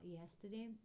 yesterday